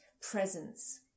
presence